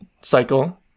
cycle